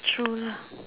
mm true lah